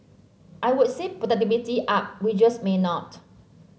I would say productivity up wages may not